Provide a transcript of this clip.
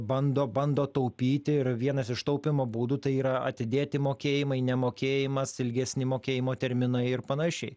bando bando taupyti ir vienas iš taupymo būdų tai yra atidėti mokėjimai nemokėjimas ilgesni mokėjimo terminai ir panašiai